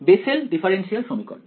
Bessel differential সমীকরণ